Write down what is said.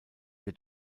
der